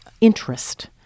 interest